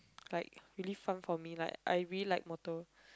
like really fun for me like I really like motor